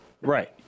Right